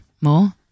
more